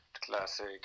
classic